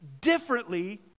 differently